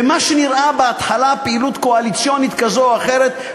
מה שנראה בהתחלה פעילות קואליציונית כזאת או אחרת,